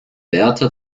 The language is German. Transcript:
wärter